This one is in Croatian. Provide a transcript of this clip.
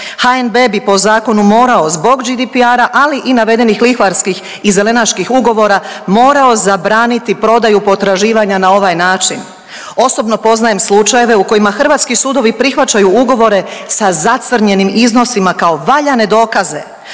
HNB bi po zakonu morao zbog GDPR-a, ali i navedenih lihvarskih i zelenaških ugovora morao zabraniti prodaju potraživanja na ovaj način. Osobno poznajem slučajeve u kojima hrvatski sudovi prihvaćaju ugovore sa zacrnjenim iznosima kao valjane dokaze.